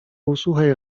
usłuchaj